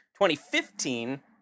2015